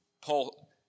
Paul